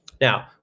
Now